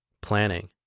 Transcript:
Planning